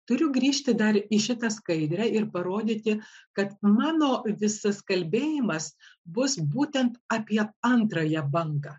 turiu grįžti dar į šitą skaidrę ir parodyti kad mano visas kalbėjimas bus būtent apie antrąją bangą